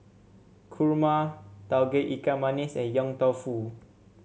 kurma Tauge Ikan Masin and Yong Tau Foo